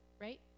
right